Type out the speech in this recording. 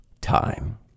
time